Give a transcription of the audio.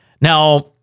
Now